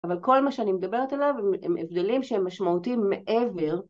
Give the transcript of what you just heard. אבל כל מה שאני מדברת עליו הם הבדלים שהם משמעותיים מעבר